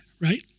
Right